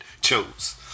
chose